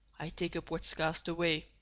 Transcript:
i take up what's cast away.